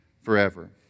forever